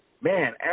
Man